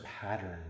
pattern